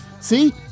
See